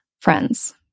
friends